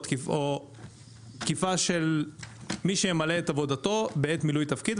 או תקיפה של מי שימלא את עבודתו בעת מילוי תפקיד.